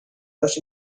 هاش